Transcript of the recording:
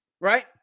right